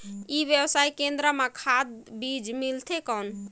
ई व्यवसाय केंद्र मां खाद बीजा मिलथे कौन?